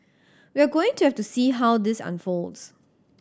we're going to have to see how this unfolds